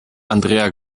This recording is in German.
andrea